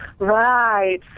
right